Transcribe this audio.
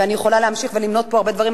ואני יכולה להמשיך ולמנות פה הרבה דברים.